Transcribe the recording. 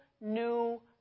new